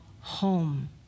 home